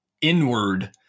inward